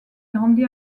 grandi